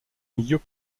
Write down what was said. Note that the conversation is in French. milieux